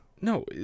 no